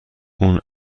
اون